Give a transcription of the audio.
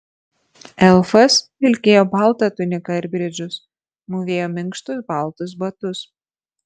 elfas vilkėjo baltą tuniką ir bridžus mūvėjo minkštus baltus batus